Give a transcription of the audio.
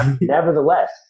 nevertheless